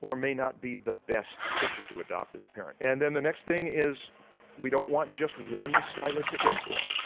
or may not be the best person to adopt as a parent. and then the next thing is we don't want just one stylistic influence,